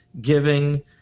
giving